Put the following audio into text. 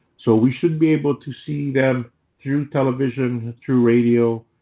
so we should be able to see them through television, through radio